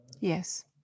Yes